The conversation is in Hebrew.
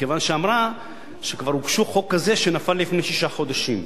מכיוון שאמרה שהגישו חוק כזה שנפל לפני שישה חודשים.